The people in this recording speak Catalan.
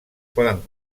poden